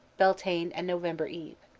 beltaine and november eve.